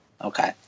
Okay